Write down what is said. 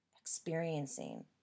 experiencing